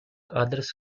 others